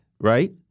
right